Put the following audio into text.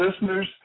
listeners